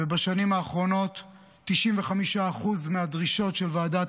ובשנים האחרונות 95% מהדרישות של ועדת